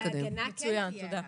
ההגנה כן תהיה עליו.